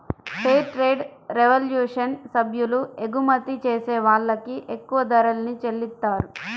fair trade revolution సభ్యులు ఎగుమతి చేసే వాళ్ళకి ఎక్కువ ధరల్ని చెల్లిత్తారు